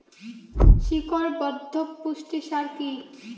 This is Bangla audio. শিকড় বর্ধক পুষ্টি সার কি?